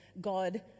God